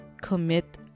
commit